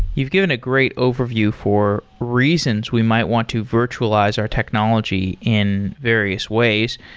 you've given a great overview for reasons we might want to virtualize our technology in various ways.